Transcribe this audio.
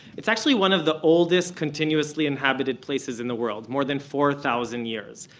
it's actually one of the oldest continuously inhabited places in the world. more than four thousand years.